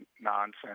nonsense